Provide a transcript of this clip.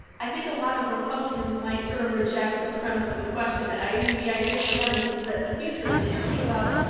i think a lot of republicans might sort of reject the premise of the question. i mean, the idea for them is that the future is purely about,